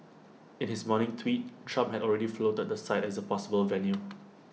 in his morning tweet Trump had already floated the site as A possible venue